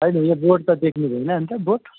होइन यो बोर्ड त देख्नुभएन अन्त बोर्ड